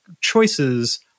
choices